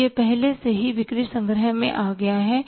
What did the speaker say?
तो यह पहले से ही बिक्री संग्रह में आ गया है